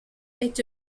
est